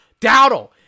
Dowdle